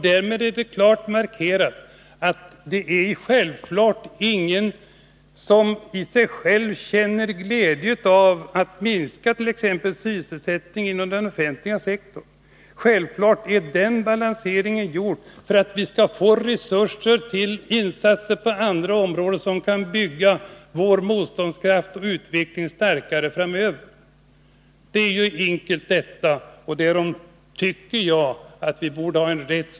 Självklart är det ingen som i och för sig finner glädje i att t.ex. minska sysselsättningen inom den offentliga sektorn. Naturligtvis är den balanseringen gjord för att vi skall få resurser till insatser på andra områden som kan göra vår motståndskraft starkare och bidra till en utveckling framöver. Det är ju enkelt detta, och därom tycker jag att det borde råda stor enighet.